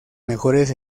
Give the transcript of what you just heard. mejores